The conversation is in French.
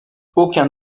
aucun